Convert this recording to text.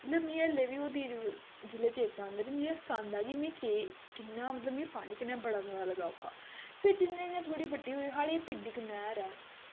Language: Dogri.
हाल्ले बी मिगी जिसलै ओह् दिन जाद आंदे निं मिगी हासा आंदा में के कि'यां मतलब मिगी पानी कन्नै बड़ा लगाव हा फिर जि'यां जि'यां बड्डी होई साढ़े पिंड इक नैह्र ऐ